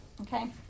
okay